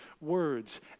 words